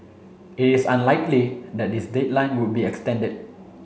it is unlikely that this deadline would be extended